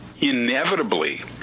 inevitably